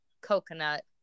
coconut